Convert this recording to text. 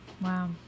Wow